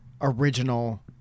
original